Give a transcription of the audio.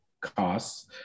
costs